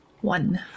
One